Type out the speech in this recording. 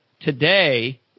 Today